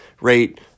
rate